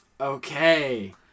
Okay